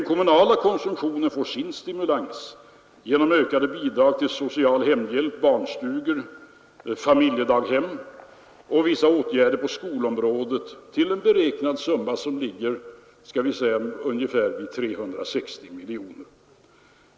Den kommunala konsumtionen får sin stimulans genom ökade bidrag till social hemhjälp, barnstugor, familjedaghem och vissa åtgärder på skolområdet till en beräknad summa på ungefär 360 miljoner kronor.